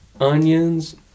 onions